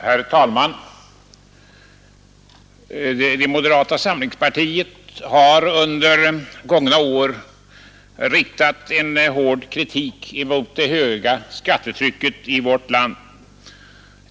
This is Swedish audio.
Herr talman! Moderata samlingspartiet har under gångna år riktat en hård kritik mot det höga skattetrycket i vårt land.